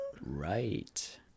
right